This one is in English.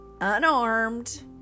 unarmed